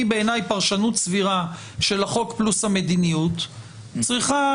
בעיניי פרשנות סבירה של החוק פלוס המדיניות צריכה